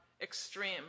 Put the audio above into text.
extreme